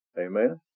Amen